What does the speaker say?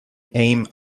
ames